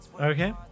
Okay